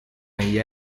negli